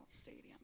stadium